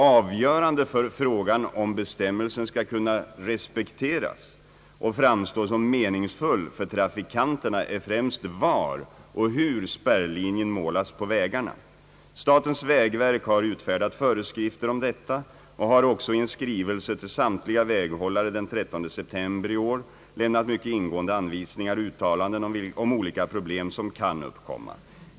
Avgörande för frågan om bestämmelsen skall kunna respekteras och framstå som meningsfull för trafikanterna är främst var och hur spärrlinjen målas på vägarna. Statens vägverk har utfärdat föreskrifter om detta och har också i en skrivelse till samtliga väghållare den 13 september i år lämnat mycket ingående anvisningar och uttalanden om olika problem som kan uppkomma.